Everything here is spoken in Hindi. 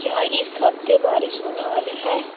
क्या इस हफ़्ते बारिश होने वाली है